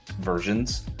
versions